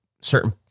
certain